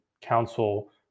council